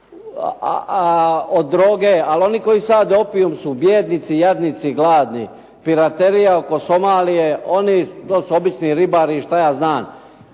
od droge, ali oni koji sade opijum su bijednici, jadnici gladni. Piraterija oko Somalije oni to su obični ribari šta ja znam.